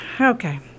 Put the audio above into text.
Okay